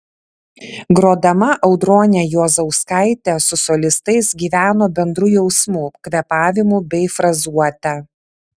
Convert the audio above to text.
grodama audronė juozauskaitė su solistais gyveno bendru jausmu kvėpavimu bei frazuote